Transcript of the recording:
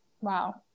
Wow